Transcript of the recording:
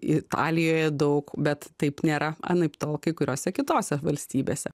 italijoje daug bet taip nėra anaiptol kai kuriose kitose valstybėse